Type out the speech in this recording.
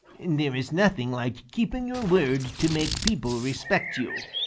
there is nothing like keeping your word to make people respect you.